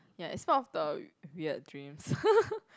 ya it's part of the weird dreams